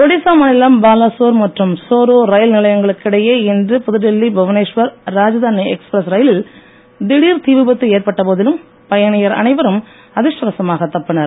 ஒடிசா மாநிலம் பாலாசோர் மற்றும் சோரோ ரயில் நிலையங்களுக்கு இடையே இன்று புதுடெல்லி புவனேஷ்வர் ராஜதானி எக்ஸ்பிரஸ் ரயிலில் திடீர் தீவிபத்து ஏற்பட்ட போதிலும் பயணியர் அனைவரும் அதிருஷ்டவசமாக தப்பினர்